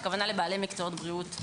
הכוונה לבעלי מקצועות בריאות.